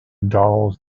dolls